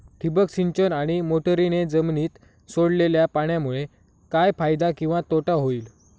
ठिबक सिंचन आणि मोटरीने जमिनीत सोडलेल्या पाण्यामुळे काय फायदा किंवा तोटा होईल?